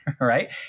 Right